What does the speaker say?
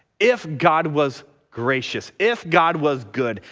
if god was gracious, if god was good,